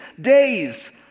days